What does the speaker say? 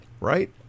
right